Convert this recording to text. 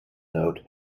note